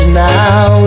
now